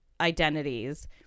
identities